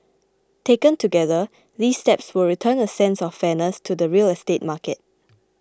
taken together these steps will return a sense of fairness to the real estate market